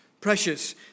precious